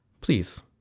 please